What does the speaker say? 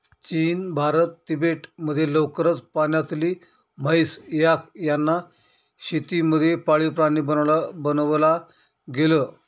चीन, भारत, तिबेट मध्ये लवकरच पाण्यातली म्हैस, याक यांना शेती मध्ये पाळीव प्राणी बनवला गेल